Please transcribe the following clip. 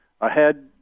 ahead